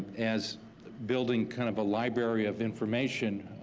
as building kind of a library of information,